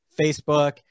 Facebook